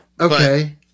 Okay